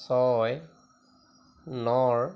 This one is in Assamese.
ছয় নৰ